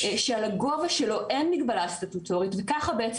שעל הגובה שלו אין מגבלה סטטוטורית וככה בעצם